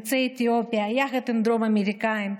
יוצאי אתיופיה יחד עם דרום אמריקאים,